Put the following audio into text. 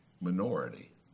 minority